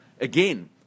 again